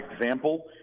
example